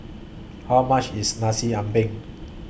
How much IS Nasi Ambeng